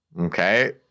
Okay